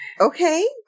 Okay